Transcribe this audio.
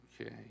Okay